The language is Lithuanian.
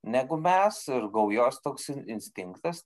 negu mes ir gaujos toks in instinktas